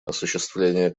осуществления